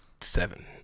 Seven